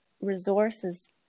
resources